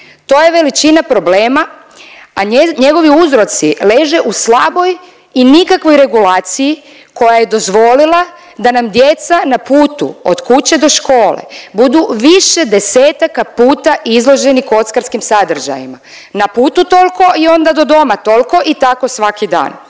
To je veličina problema, a njegovi uzroci leže u slaboj i nikakvoj regulaciji koja je dozvolila da nam djeca na putu od kuće do škole budu više desetaka puta izloženi kockarskim sadržajima. Na putu toliko i onda do doma toliko i tako svaki dan.